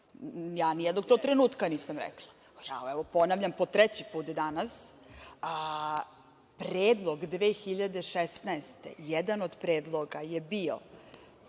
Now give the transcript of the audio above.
to nijednog trenutka nisam rekla. Evo ponavljam, po treći put danas, a predlog 2016. godine, jedan od predloga je bio